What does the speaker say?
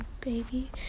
baby